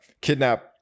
kidnap